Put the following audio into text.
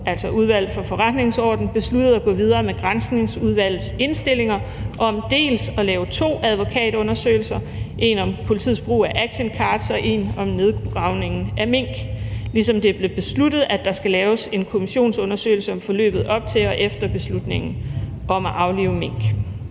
altså Udvalget for Forretningsordenen, besluttet at gå videre med Granskningsudvalgets indstillinger om dels at lave to advokatundersøgelser – en om politiets brug af actioncards og en om nedgravning af mink – dels at der skal laves en kommissionsundersøgelse af forløbet op til og efter beslutningen om at aflive mink.